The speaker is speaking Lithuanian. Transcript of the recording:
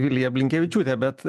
vilija blinkevičiūtė bet